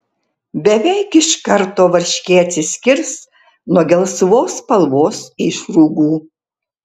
beveik iš karto varškė atsiskirs nuo gelsvos spalvos išrūgų